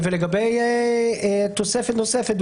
לגבי התוספת נוספת,